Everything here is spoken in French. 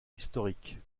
historiques